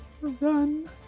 Run